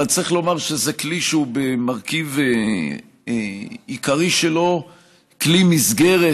אבל צריך לומר שזה כלי שהוא במרכיב עיקרי שלו כלי מסגרת,